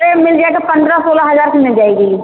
यह मिल जाएगा पन्द्रह सोलह हज़ार का मिल जाएगा